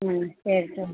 ம் சரி சரி